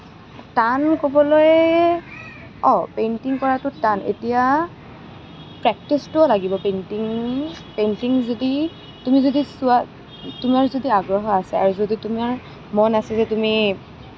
টান ক'বলৈ অঁ পেইণ্টিং কৰাটো টান এতিয়া প্ৰেক্টিছটোও লাগিব পেইণ্টিং পেইণ্টিং যদি তুমি যদি চোৱা তোমাৰ যদি আগ্ৰহ আছে আৰু যদি তোমাৰ মন আছে যে তুমি